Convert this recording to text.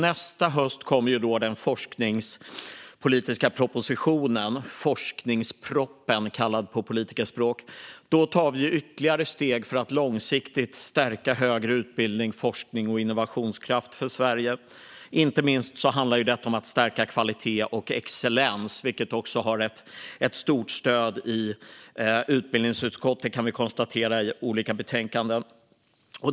Nästa höst kommer den forskningspolitiska propositionen - forskningsproppen kallad på politikerspråk - och då tar vi ytterligare steg för att långsiktigt stärka högre utbildning, forskning och innovationskraft för Sverige. Inte minst handlar detta om att stärka kvalitet och excellens, vilket också har haft ett stort stöd i utbildningsutskottets olika betänkanden.